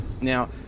Now